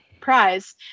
prize